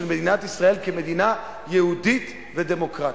מדינת ישראל כמדינה יהודית ודמוקרטית.